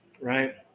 right